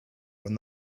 when